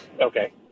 Okay